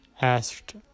Asked